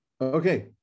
Okay